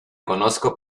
conozco